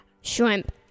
Shrimp